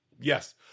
Yes